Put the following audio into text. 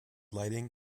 lighting